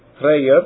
prayer